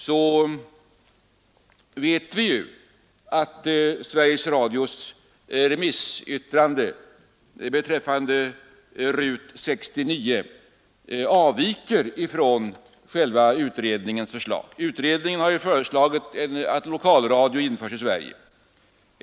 Vi vet att Sveriges Radios remissyttrande beträffande RUT 69 avviker från själva utredningens förslag. Utredningen har ju föreslagit att lokalradio skall införas i Sverige.